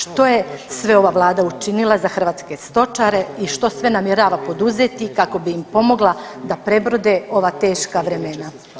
Što je sve ova Vlada učinila za hrvatske stočare i što sve namjerava poduzeti kako bi im pomogla da prebrode ova teška vremena?